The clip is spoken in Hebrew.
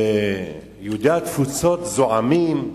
ויהודי התפוצות זועמים,